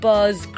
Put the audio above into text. Buzz